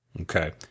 Okay